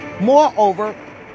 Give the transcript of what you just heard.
Moreover